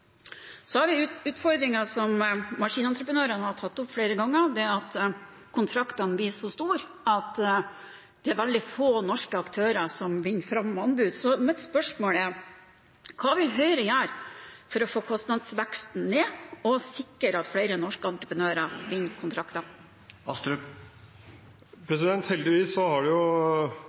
Så til utfordringene som maskinentreprenørene har tatt opp flere ganger, og det er at kontraktene blir så store at det er veldig få norske aktører som vinner fram med anbud. Mitt spørsmål er: Hva vil Høyre gjøre for å få kostnadsveksten ned og sikre at flere norske entreprenører vinner kontrakter? Heldigvis har